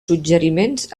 suggeriments